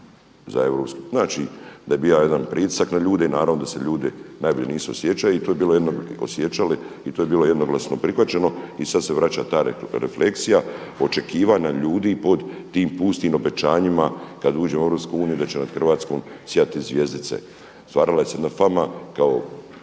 za europski. Znači da je bio jedan pritisak na ljude i naravno da se ljudi najbolje nisu osjećali i to je bilo jednoglasno prihvaćeno. I sad se vraća ta refleksija očekivana ljudi pod tim pustim obećanjima kad uđemo u Europsku uniju da će nad Hrvatskom sjati zvjezdice. Stvarala se jedna fama kao